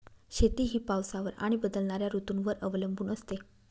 शेती ही पावसावर आणि बदलणाऱ्या ऋतूंवर अवलंबून असते